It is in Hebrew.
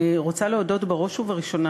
אני רוצה להודות בראש ובראשונה,